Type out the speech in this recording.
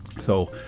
so,